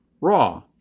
Raw